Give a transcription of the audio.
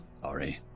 Sorry